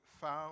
found